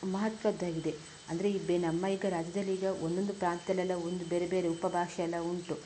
ಮಹತ್ವದ್ದಾಗಿದೆ ಅಂದರೆ ಈ ಬೆ ನಮ್ಮ ಈಗ ರಾಜ್ಯದಲ್ಲಿ ಈಗ ಒಂದೊಂದು ಪ್ರಾಂತ್ಯದಲ್ಲೆಲ್ಲ ಒಂದು ಬೇರೆ ಬೇರೆ ಉಪಭಾಷೆ ಎಲ್ಲ ಉಂಟು